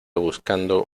buscando